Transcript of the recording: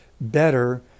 better